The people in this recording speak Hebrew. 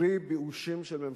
פרי באושים של ממשלתך.